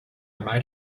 might